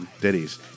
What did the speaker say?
ditties